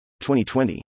2020